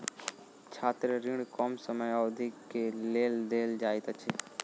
छात्र ऋण कम समय अवधि के लेल देल जाइत अछि